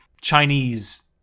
Chinese